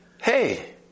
Hey